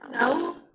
No